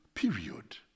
Period